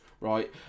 right